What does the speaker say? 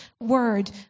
word